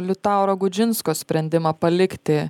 liutauro gudžinsko sprendimą palikti